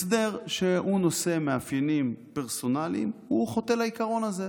הסדר שנושא מאפיינים פרסונליים חוטא לעיקרון הזה,